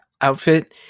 outfit